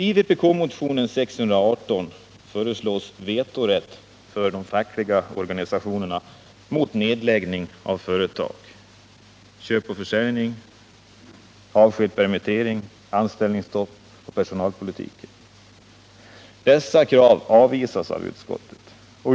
I vpk-motionen 618 föreslås vetorätt för de fackliga organisationerna mot nedläggning av företag, vid köp och försäljning av företag, mot avsked och permittering, mot anställningsstopp och i personalpolitiken. Dessa krav avvisas av utskottet.